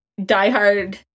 diehard